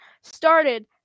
...started